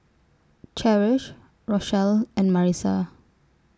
Cherish Rochelle and Marissa